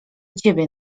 ciebie